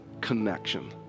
connection